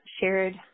shared